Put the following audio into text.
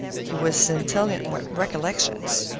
he was scintillant with recollections.